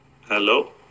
Hello